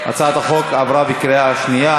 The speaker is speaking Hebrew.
הצעת החוק עברה בקריאה שנייה.